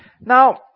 Now